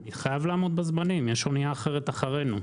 אני חייב לעמוד בזמנים, יש אנייה אחרת אחרינו.